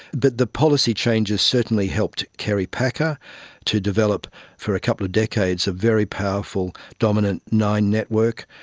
but the policy changes certainly helped kerry packer to develop for a couple of decades a very powerful dominant nine network.